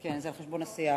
כן, זה על חשבון הסיעה.